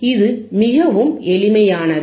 இது மிகவும் எளிமையானது